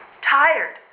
tired